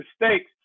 mistakes